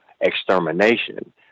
extermination